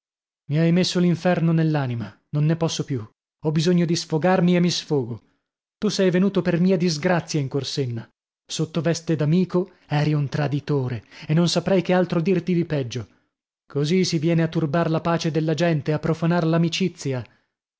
mi hai messo l'inferno nell'anima non ne posso più ho bisogno di sfogarmi e mi sfogo tu sei venuto per mia disgrazia in corsenna sotto veste d'amico eri un traditore e non saprei che altro dirti di peggio così si viene a turbar la pace della gente a profanar